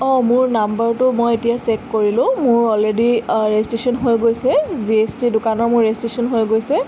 অঁ মোৰ নাম্বাৰটো মই এতিয়া চেক কৰিলোঁ মোৰ অলৰেডি ৰেজিষ্ট্ৰেশ্যন হৈ গৈছে জি এছ টি দোকানৰ মোৰ ৰেজিষ্ট্ৰেশ্যন হৈ গৈছে